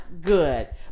good